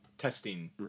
Testing